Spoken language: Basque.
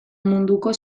munduko